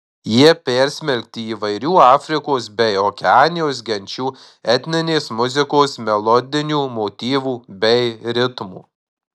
jie persmelkti įvairių afrikos bei okeanijos genčių etninės muzikos melodinių motyvų bei ritmų